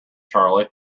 charley